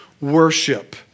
worship